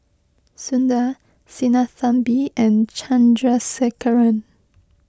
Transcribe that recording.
Sundar Sinnathamby and Chandrasekaran